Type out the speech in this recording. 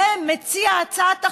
למציע הצעת החוק,